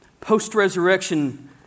Post-resurrection